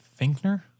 Finkner